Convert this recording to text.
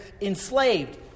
enslaved